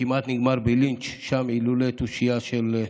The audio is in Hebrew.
שכמעט נגמר שם בלינץ' אילולא תושייה של,